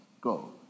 go